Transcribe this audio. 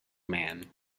man